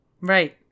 Right